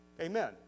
Amen